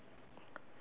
she wearing grey